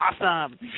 awesome